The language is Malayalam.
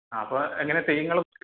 ആ അപ്പോൾ എങ്ങനെ തെയ്യങ്ങൾ